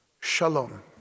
Shalom